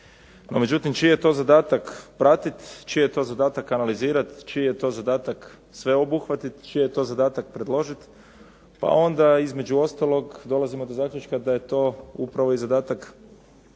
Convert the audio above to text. No međutim, čiji je to zadatak pratiti, čiji je to zadatak analizirati, čiji je to zadatak sve obuhvatiti, čiji je to zadatak predložiti. Pa onda između ostalog dolazimo do zaključka da je to upravo i zadatak agencije